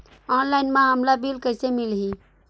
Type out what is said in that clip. Online म हमला bill कइसे मिलही?